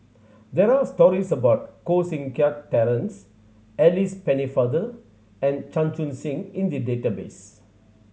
there' re stories about Koh Seng Kiat Terence Alice Pennefather and Chan Chun Sing in the database